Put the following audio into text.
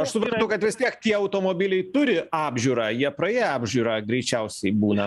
aš suprantu kad vis tiek tie automobiliai turi apžiūrą jie praėję apžiūrą greičiausiai būna